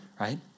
right